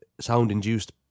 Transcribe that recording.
sound-induced